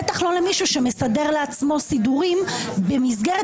בטח לא למישהו שמסדר לעצמו סידורים במסגרת